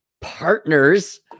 partners